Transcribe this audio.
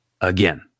again